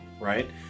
right